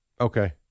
Okay